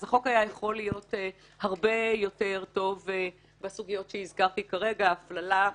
אז החוק היה יכול להיות הרבה יותר טוב בסוגיות שהזכרתי כרגע ההפללה,